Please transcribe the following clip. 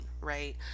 right